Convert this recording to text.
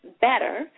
better